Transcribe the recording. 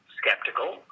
skeptical